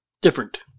different